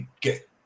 get